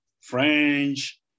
French